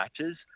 matches